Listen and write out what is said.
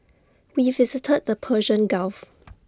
we visited the Persian gulf